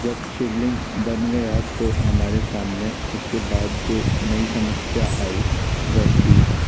जब शिवलिंग बन गया तो हमारे सामने उसके बाद जो नई समस्या आई वह थी